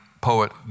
poet